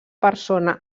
persona